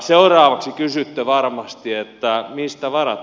seuraavaksi kysytte varmasti mistä varat